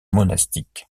monastiques